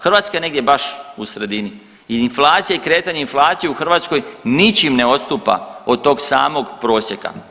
Hrvatska je negdje baš u sredini i inflacije i kretanje inflacije u Hrvatskoj ničim ne odstupa od tog samog prosjeka.